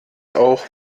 auch